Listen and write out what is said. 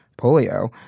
polio